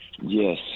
Yes